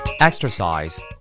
Exercise